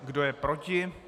Kdo je proti?